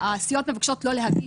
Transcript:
הסיעות מבקשות לא להגיש.